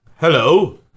Hello